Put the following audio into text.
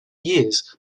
years